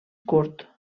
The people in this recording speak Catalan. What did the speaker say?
curt